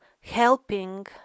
helping